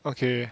okay